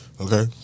Okay